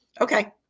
Okay